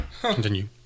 continue